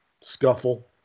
scuffle